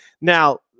Now